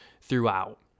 throughout